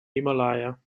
himalaya